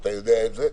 ואתה יודע את זה.